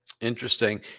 Interesting